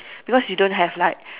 because you don't have like